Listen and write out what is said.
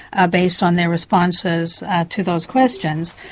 ah based on their responses to those questions,